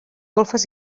golfes